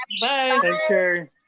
bye